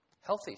healthy